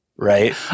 Right